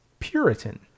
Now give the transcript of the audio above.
puritan